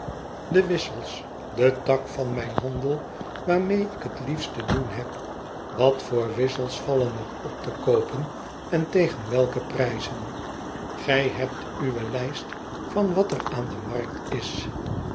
de wissels de tak van mijn handel waarmee ik het liefet te doen heb wat voor wissels vallen er op te koopen en tegen welke prijzen gij hebt uwe lijst van wat er aan de markt is